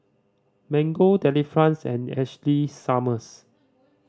Mango Delifrance and Ashley Summers